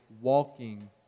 walking